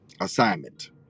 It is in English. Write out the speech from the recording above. Assignment